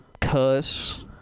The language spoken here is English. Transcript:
cuss